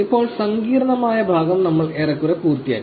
ഇപ്പോൾ സങ്കീർണ്ണമായ ഭാഗം നമ്മൾ ഏറെക്കുറെ പൂർത്തിയാക്കി